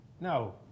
No